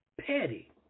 petty